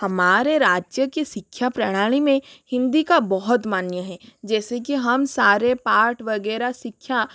हमारे राज्य की शिक्षा प्रणाली में हिन्दी का बहुत मान्य है जैसे कि हम सारे पाठ वगैरह शिक्षा